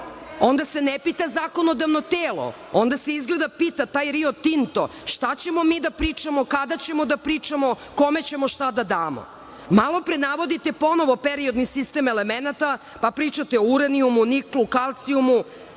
Onda se ne pita zakonodavno telo, onda se izgleda pita taj Rio Tinto - šta ćemo mi da pričamo, kada ćemo da pričamo, kome ćemo šta da damo. Malopre navodite ponovo periodni sistem elemenata. pa pričate o uranijumu, niklu, kalcijumu.